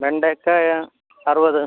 വെണ്ടയ്ക്ക അറുപത്